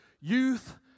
Youth